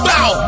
Bow